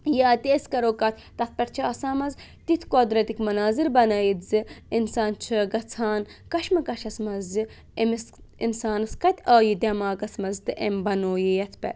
یا تہِ أسۍ کَرو کَتھ تَتھ پٮ۪ٹھ چھِ آسان منٛزٕ تِتھۍ قۄدرَتٕکۍ مَناظِر بَنٲیِتھ زِ اِنسان چھُ گژھان کَشمہٕ کَشَس منٛز زِ أمِس اِنسانَس کَتہِ آو یہِ دٮ۪ماغَس منٛز تہِ أمۍ بَنوو یہِ یَتھ پٮ۪ٹھ